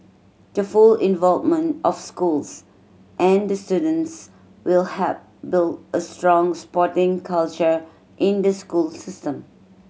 the full involvement of schools and students will help build a strong sporting culture in the school system